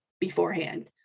beforehand